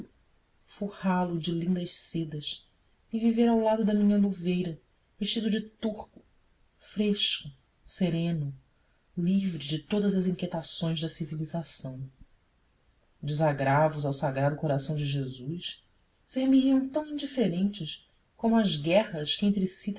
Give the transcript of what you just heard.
forrá lo de lindas sedas e viver ao lado da minha luveira vestido de turco fresco sereno livre de todas as inquietações da civilização desagravos ao sagrado coração de jesus ser me iam tão indiferentes como as guerras que entre si